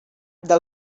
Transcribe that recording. del